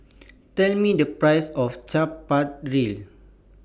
Tell Me The Price of Chaat Papri